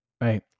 right